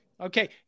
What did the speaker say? Okay